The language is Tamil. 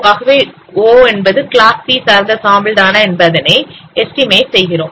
ஆகவே o என்பது கிளாஸ் c சார்ந்த சாம்பிள் தானா என்பதனை எஸ்டிமேட் செய்கிறோம்